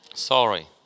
sorry